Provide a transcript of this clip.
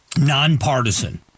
nonpartisan